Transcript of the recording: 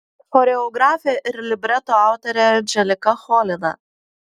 choreografė ir libreto autorė anželika cholina